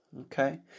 Okay